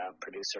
producer